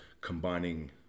combining